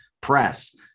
press